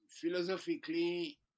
philosophically